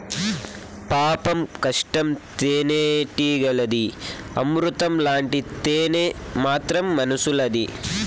పాపం కష్టం తేనెటీగలది, అమృతం లాంటి తేనె మాత్రం మనుసులది